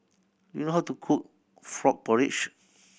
do you know how to cook frog porridge